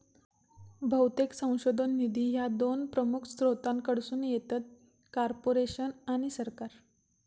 बहुतेक संशोधन निधी ह्या दोन प्रमुख स्त्रोतांकडसून येतत, कॉर्पोरेशन आणि सरकार